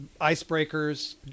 icebreakers